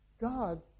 God